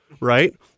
right